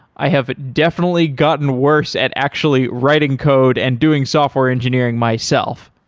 i have definitely gotten worse at actually writing code and doing software engineering myself.